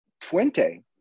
Fuente